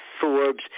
Forbes